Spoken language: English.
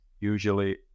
usually